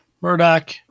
Murdoch